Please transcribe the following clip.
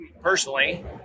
personally